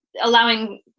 allowing